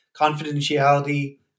confidentiality